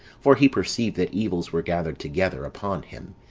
for he perceived that evils were gathered together upon him,